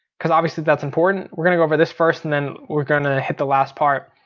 cause obviously that's important. we're gonna go over this first and then we're gonna hit the last part.